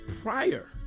prior